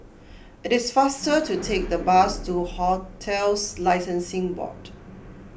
it is faster to take the bus to Hotels Licensing Board